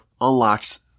unlocks